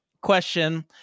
question